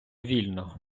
вільно